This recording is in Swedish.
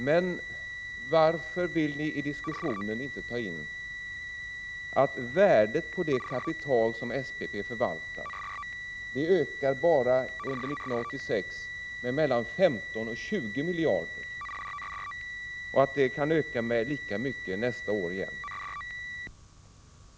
Men varför vill ni i diskussionen inte ta in att värdet på det kapital som SPP förvaltar ökar bara under 1986 med mellan 15 och 20 miljarder och kan öka med lika mycket nästa år?